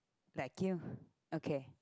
like you okay